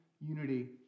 unity